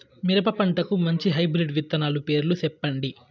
మిరప పంటకు మంచి హైబ్రిడ్ విత్తనాలు పేర్లు సెప్పండి?